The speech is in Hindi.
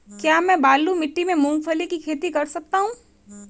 क्या मैं बालू मिट्टी में मूंगफली की खेती कर सकता हूँ?